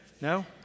No